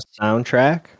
soundtrack